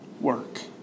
work